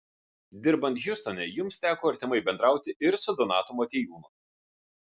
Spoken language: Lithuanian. dirbant hjustone jums teko artimai bendrauti ir su donatu motiejūnu